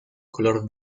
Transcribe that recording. color